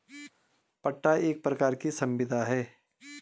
पट्टा एक प्रकार की संविदा है